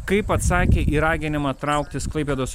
kaip atsakė į raginimą trauktis klaipėdos